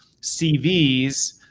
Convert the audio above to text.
CVs